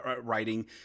writing